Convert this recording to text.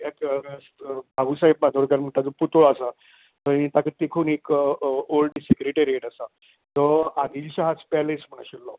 एक रस भाउ साहेब बांदोडकर म्हणटा तेंचो पुतळो आसा थंय ताका तेकून एक ऑल्ड सॅक्रिटेरीयेट आसा थंय आदील शहाज पॅलीस म्हणून आशिल्लो